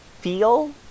feel